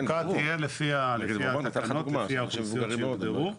התקנות יהיו לפי האוכלוסיות שיוגדרו.